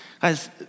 Guys